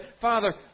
Father